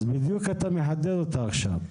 אתה בדיוק מחדד אותה עכשיו.